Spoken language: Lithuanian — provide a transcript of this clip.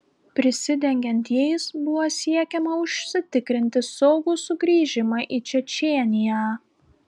prisidengiant jais buvo siekiama užsitikrinti saugų sugrįžimą į čečėniją